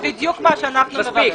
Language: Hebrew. זה בדיוק מה שאנחנו מבקשים.